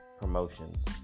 promotions